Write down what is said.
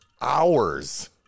hours